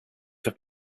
have